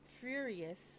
Furious